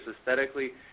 aesthetically